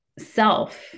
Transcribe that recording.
self